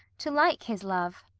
to like his love.